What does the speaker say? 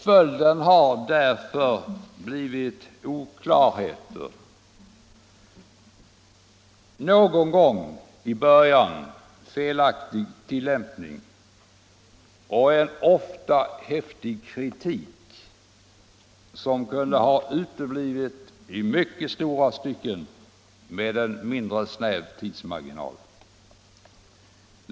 Följden har därför blivit oklarheter, någon gång i början felaktig tillämpning, och en ofta häftig kritik, som kunde ha uteblivit i mycket stora stycken med en mindre snäv tidsmarginal.